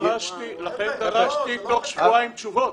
לכן דרשתי תוך שבועיים תשובות.